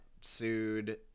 sued